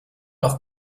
doch